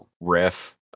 riff